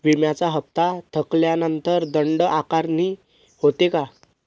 विम्याचा हफ्ता थकल्यानंतर दंड आकारणी होते का?